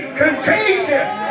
contagious